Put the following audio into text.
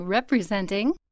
Representing